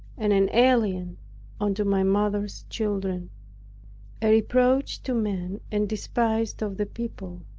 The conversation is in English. and an alien unto my mother's children a reproach to men, and despised of the people.